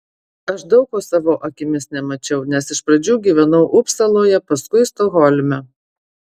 aš daug ko savo akimis nemačiau nes iš pradžių gyvenau upsaloje paskui stokholme